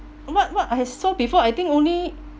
what what I saw before I think only